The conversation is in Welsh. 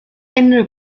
unrhyw